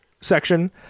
section